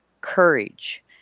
courage